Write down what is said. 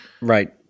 right